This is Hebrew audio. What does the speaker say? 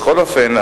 בכל אופן,